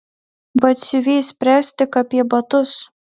batsiuvy spręsk tik apie batus